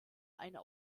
einer